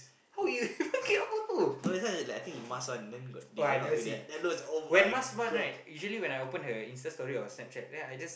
how you get photo oh I never see when Mas one right usually I open her Instastory or Snapchat then I just